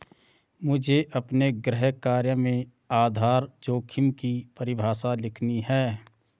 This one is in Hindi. मुझे अपने गृह कार्य में आधार जोखिम की परिभाषा लिखनी है